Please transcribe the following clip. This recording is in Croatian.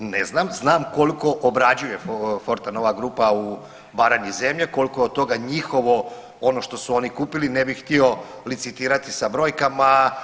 Ne znam, znam koliko obrađuje Fortanova grupa u Baranji zemlje, koliko je od toga njihovo ono što su oni kupili ne bih htio licitirati sa brojkama.